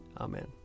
Amen